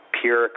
pure